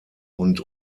und